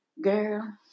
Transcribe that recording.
Girl